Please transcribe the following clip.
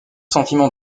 sentiment